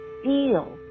Feel